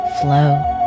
flow